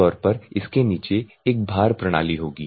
आमतौर पर इसके नीचे एक भार प्रणाली होगी